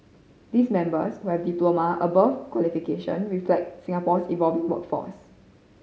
these members who have diploma above qualification reflect Singapore's evolving workforce